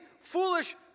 foolish